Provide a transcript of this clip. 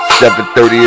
7:30